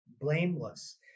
blameless